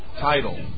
title